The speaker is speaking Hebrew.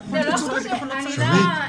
--- שניה,